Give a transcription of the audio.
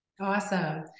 Awesome